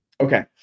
Okay